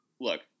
look